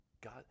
God